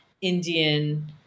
Indian